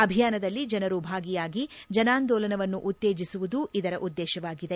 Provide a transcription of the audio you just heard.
ಅಭಿಯಾನದಲ್ಲಿ ಜನರು ಭಾಗಿಯಾಗಿ ಜನಾಂದೋಲನವನ್ನು ಉತ್ತೇಜಿಸುವುದು ಇದರ ಉದ್ದೇಶವಾಗಿದೆ